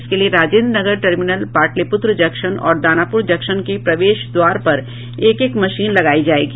इसके लिये Rajendra Nagar terminal Pataliputra junction और दानापुर जंक्शन के प्रवेश द्वार पर एक एक मशीन लगायी जायेगी